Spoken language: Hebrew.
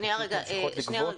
שממשיכים לגבות תשלומים למרות הסגר?